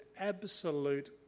absolute